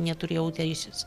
neturėjau teisės